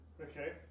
okay